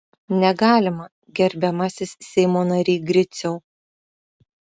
negalima gerbiamasis seimo nary griciau